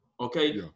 okay